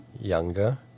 younger